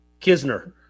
Kisner